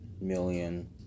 million